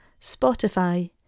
Spotify